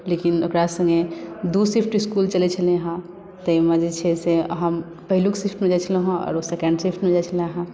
लेकिन ओकरा सङ्गे दू सिफ्ट इस्कुल चलैत छलै हेँ ताहिमे जे छै से हम पहिलुक सिफ्टमे जाइत छलहुँ हेँ आओर ओ सेकेण्ड सिफ्टमे जाइत छले हेँ